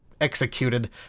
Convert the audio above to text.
executed